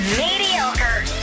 mediocre